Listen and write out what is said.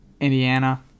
indiana